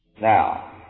now